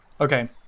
Okay